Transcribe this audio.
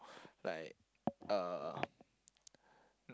like uh